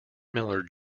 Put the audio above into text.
miller